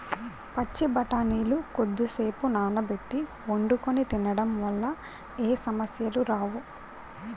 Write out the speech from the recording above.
పచ్చి బఠానీలు కొద్దిసేపు నానబెట్టి వండుకొని తినడం వల్ల ఏ సమస్యలు రావు